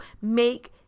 make